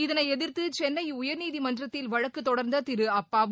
இதனை எதிர்த்து சென்னை உயர்நீதிமன்றத்தில் வழக்கு தொடர்ந்த திரு அப்பாவு